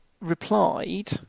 replied